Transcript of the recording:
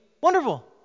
wonderful